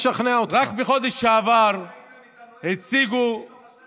עכשיו של מה שאתם עשיתם במשך 12 שנים.